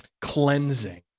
cleansing